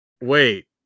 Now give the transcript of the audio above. Wait